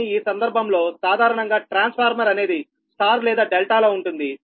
కానీ ఈ సందర్భంలో సాధారణంగా ట్రాన్స్ఫార్మర్ అనేది స్టార్ లేదా డెల్టా లో ఉంటుంది